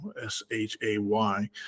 S-H-A-Y